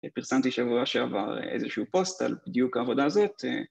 פרסמתי שבוע שעבר איזשהו פוסט על בדיוק העבודה הזאת.